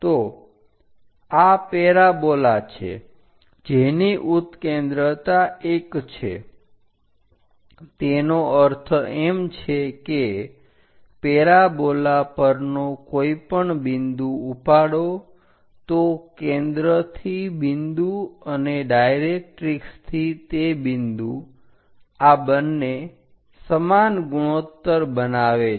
તો આ પેરાબોલા છે જેની ઉત્કેન્દ્રતા 1 છે તેનો અર્થ એમ છે કે પેરાબોલા પરનો કોઈપણ બિંદુ ઉપાડો તો કેન્દ્ર થી બિંદુ અને ડાયરેક્ટરીક્ષથી તે બિંદુ આ બંને સમાન ગુણોત્તર બનાવે છે